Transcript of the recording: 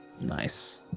Nice